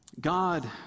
God